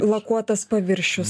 lakuotas paviršius